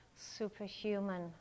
superhuman